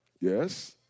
Yes